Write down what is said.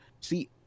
See